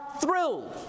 thrilled